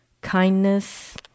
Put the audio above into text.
kindness